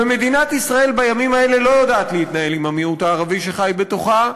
ומדינת ישראל בימים האלה לא יודעת להתנהל עם המיעוט הערבי שחי בתוכה,